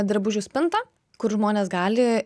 drabužių spintą kur žmonės gali